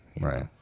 right